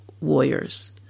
warriors